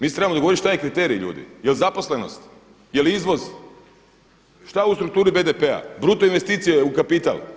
Mi se trebamo dogovoriti što je kriterij ljudi – jel' zaposlenost, jel' izvoz, što u strukturi BDP-a, bruto investicije u kapital.